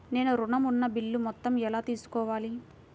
నేను ఋణం ఉన్న బిల్లు మొత్తం ఎలా తెలుసుకోవాలి?